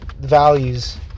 values